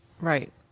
Right